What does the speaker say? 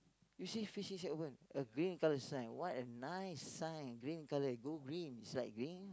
you see fishing shack open a green colour sign what a nice sign green colour go green is like green